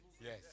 yes